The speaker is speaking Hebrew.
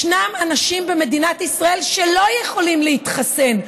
יש אנשים במדינת ישראל שלא יכולים להתחסן,